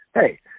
Hey